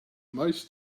most